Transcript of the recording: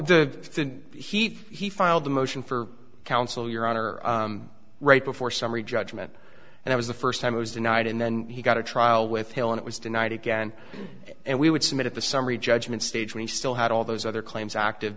the heat he filed the motion for counsel your honor right before summary judgment and it was the first time it was denied and then he got a trial with him and it was denied again and we would submit the summary judgment stage we still had all those other claims active